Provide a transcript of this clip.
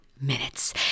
Minutes